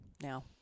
now